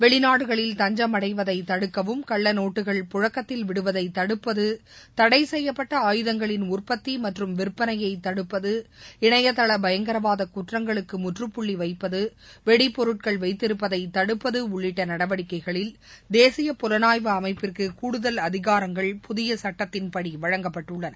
வெளிநாடுகளில் தஞ்சமடைவதை தடுக்கவும் கள்ள நோட்டுகள் புழக்கத்தில் விடுவதை தடுப்பது தடை செய்யப்பட்ட ஆயுதங்களின் உற்பத்தி மற்றும் விற்பனையை தடுப்பது இணையதள பயங்கரவாத குற்றங்களுக்கு முற்றுப்புள்ளி வைப்பது வெடிப்பொருட்கள் வைத்திருப்பதை தடுப்பது உள்ளிட்ட நடவடிக்கைகளில் தேசிய புலனாய்வு அமைப்பிற்கு கூடுதல் அதிகாரங்கள் புதிய சட்டத்தின்படி வழங்கப்பட்டுள்ளன